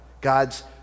God's